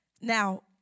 Now